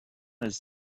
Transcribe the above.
his